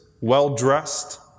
well-dressed